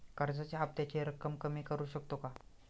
कर्जाच्या हफ्त्याची रक्कम कमी करू शकतो का?